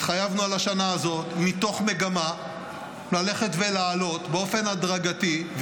התחייבנו על השנה הזאת מתוך מגמה ללכת ולעלות באופן הדרגתי,